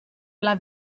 alla